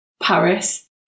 Paris